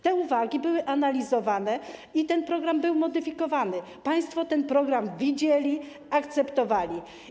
Te uwagi były analizowane i ten program był modyfikowany, państwo ten program widzieli, akceptowali.